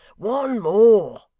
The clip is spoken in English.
one more